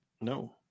No